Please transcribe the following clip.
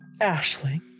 Ashley